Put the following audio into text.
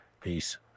Peace